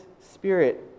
Spirit